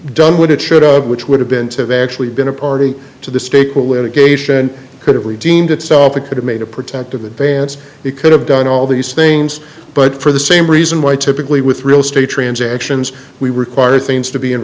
have showed up which would have been to have actually been a party to the stake will indication could have redeemed itself it could have made a protective advance it could have done all these things but for the same reason why typically with real estate transactions we require things to be in